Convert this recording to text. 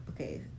okay